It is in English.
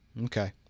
Okay